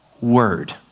word